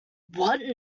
what